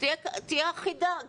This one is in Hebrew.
שתהיה אחידה,